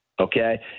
Okay